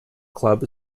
club